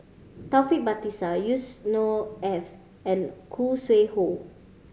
Taufik Batisah Yusnor Ef and Khoo Sui Hoe